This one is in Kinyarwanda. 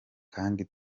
kandi